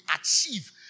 achieve